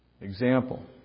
example